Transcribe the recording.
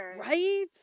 Right